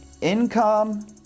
income